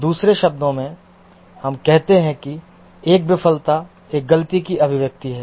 दूसरे शब्दों में हम कहते हैं कि एक विफलता एक गलती की अभिव्यक्ति है